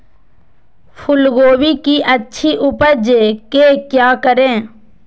फूलगोभी की अच्छी उपज के क्या करे?